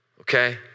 Okay